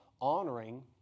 honoring